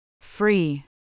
Free